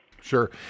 Sure